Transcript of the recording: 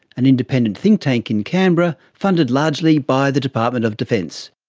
an independent think-tank in canberra, funded largely by the department of defence.